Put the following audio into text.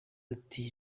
ati